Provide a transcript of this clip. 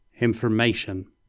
Information